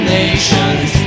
nations